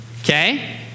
okay